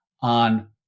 on